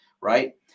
right